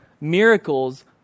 Miracles